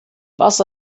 was